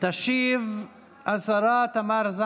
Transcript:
כמו שאמרתי,